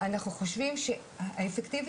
אנחנו חושבים שהאפקטיביות,